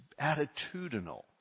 attitudinal